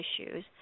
issues